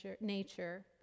nature